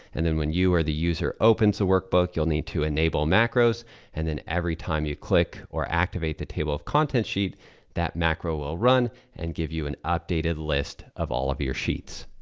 and then when you or the user opens the workbook, you'll need to enable macros and then every time you click or activate the table of contents sheet that macro will run and give you an updated list of all of your sheets.